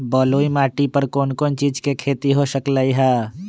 बलुई माटी पर कोन कोन चीज के खेती हो सकलई ह?